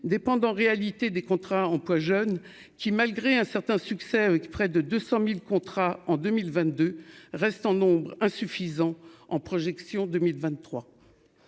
dépendent en réalité des contrats emplois-jeunes qui, malgré un certain succès avec près de 200000 contrats en 2022 reste en nombre insuffisant en projection 2023